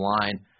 line